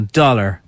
dollar